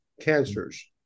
cancers